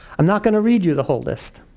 i'm not gonna read you the whole list.